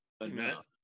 enough